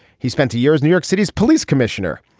he spent two years new york city's police commissioner.